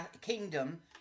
kingdom